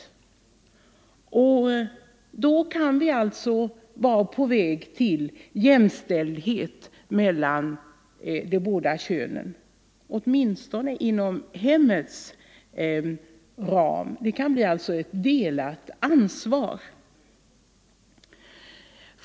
Då kan vi alltså vara på väg mot jämställdhet mellan de båda könen, åtminstone inom hemmets ram, och ett delat ansvar.